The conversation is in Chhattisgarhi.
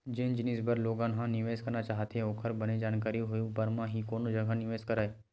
जेन जिनिस बर लोगन ह निवेस करना चाहथे ओखर बने जानकारी होय ऊपर म ही कोनो जघा निवेस करय